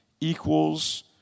equals